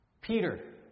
Peter